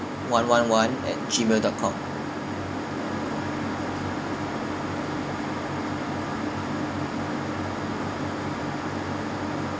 one one one at gmail dot come